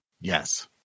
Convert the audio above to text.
Yes